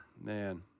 Man